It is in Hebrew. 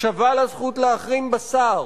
שווה לזכות להחרים בשר,